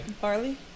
Barley